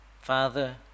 Father